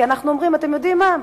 כי אנחנו אומרים: אתם יודעים מה,